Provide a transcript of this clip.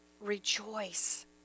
rejoice